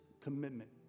commitment